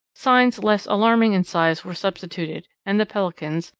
signs less alarming in size were substituted, and the pelicans,